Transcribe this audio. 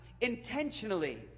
intentionally